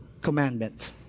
commandment